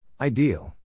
Ideal